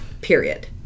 period